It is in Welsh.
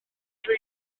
dri